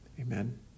Amen